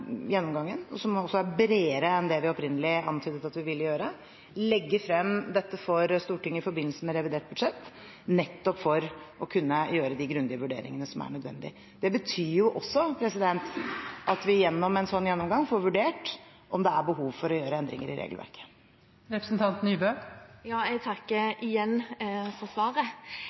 som også er bredere enn den vi opprinnelig antydet at vi ville foreta, og vil legge dette frem for Stortinget i forbindelse med revidert budsjett for nettopp å kunne gjøre de grundige vurderingene som er nødvendig. Det betyr også at vi gjennom en sånn gjennomgang får vurdert om det er behov for å gjøre endringer i regelverket. Jeg takker igjen for svaret.